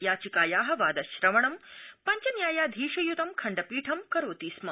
याचिकाया वादश्रवणं पञ्चन्यायाधीशयुतं खण्डपीठं करोति स्म